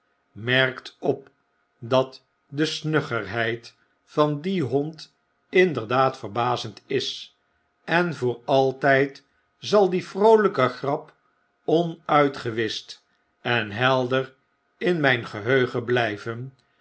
merkt op dat de snuggerigheid van dien hond inderdaad verbazend is en voor altyd zal die vroolijke grap onuitgewischt en helder inmp geheugen bly